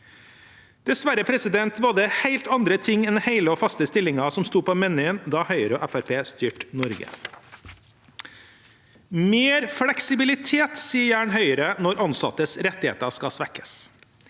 Dessverre var det helt andre ting enn hele og faste stillinger som sto på menyen da Høyre og Fremskrittspartiet styrte Norge. «Mer fleksibilitet», sier gjerne Høyre når ansattes rettigheter skal svekkes.